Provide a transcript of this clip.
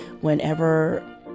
whenever